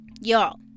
y'all